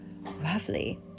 roughly